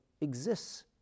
exists